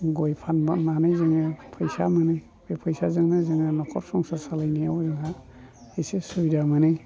गय फाननानै जोङो फैसा मोनो बे फैसाजोंनो जोङो न'खर संसार सालायनायाव जोंहा एसे सुबिदा मोनो